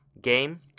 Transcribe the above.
game